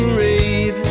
read